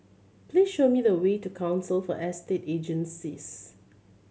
please show me the way to Council for Estate Agencies